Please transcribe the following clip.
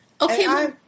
Okay